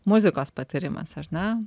muzikos patyrimas ar ne